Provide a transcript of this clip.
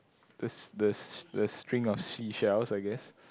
the s~ the s~ the string of seashells I guess